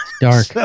dark